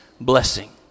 blessing